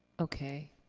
okay.